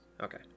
Okay